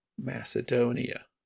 Macedonia